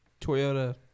Toyota